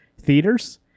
theaters